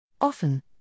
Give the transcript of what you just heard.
Often